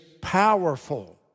powerful